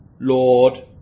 Lord